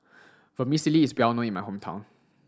vermicelli is well known in my hometown